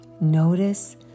Notice